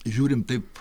žiūrim taip